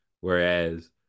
whereas